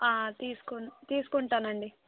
తీసుకుం తీసుకుంటాను అండి